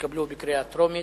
שנתקבלו בקריאה טרומית.